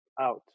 out